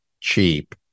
cheap